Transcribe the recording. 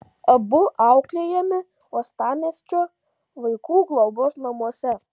abu auklėjami uostamiesčio vaikų globos namuose